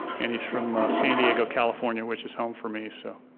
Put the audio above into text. and he's from san diego, california, which is home for me, so,